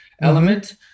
element